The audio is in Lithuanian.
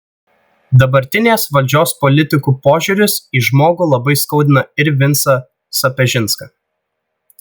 dabartinės valdžios politikų požiūris į žmogų labai skaudina ir vincą sapežinską